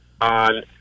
on